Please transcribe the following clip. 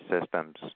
systems